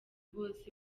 bose